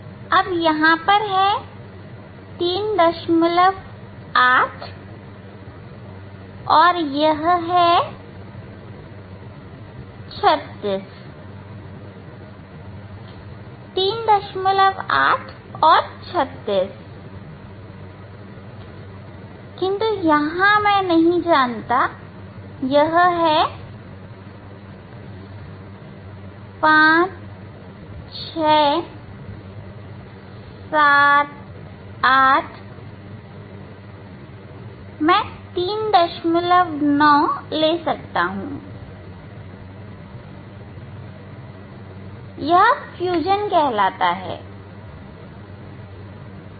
अब यहां 38 और यह है 36 38 और 36 किंतु यहां मैं नहीं जानता यह है 5 6 7 8 मैं 39 ले सकता हूं यह फ्यूजन कहलाता है